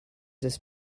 this